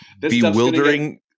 bewildering